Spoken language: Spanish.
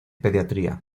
pediatría